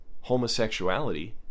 homosexuality